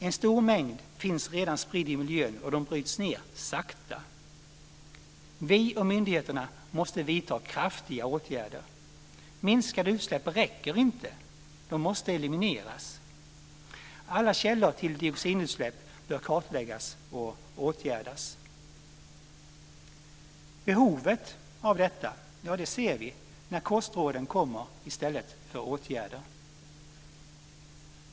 En stor mängd finns redan spridd i miljön, och den bryts ned sakta. Vi och myndigheterna måste vidta kraftfulla åtgärder. Minskade utsläpp räcker inte, de måste elimineras. Alla källor till dioxinutsläpp bör kartläggas och åtgärdas. Behovet av detta ser vi när kostråden kommer i stället för åtgärder.